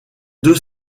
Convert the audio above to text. deux